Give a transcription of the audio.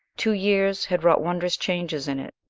two years had wrought wondrous changes in it.